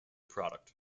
product